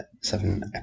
seven